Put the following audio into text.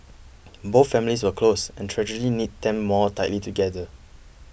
both families were close and tragedy knit them more tightly together